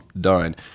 done